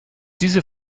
diese